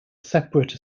separate